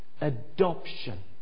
adoption